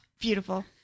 Beautiful